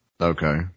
Okay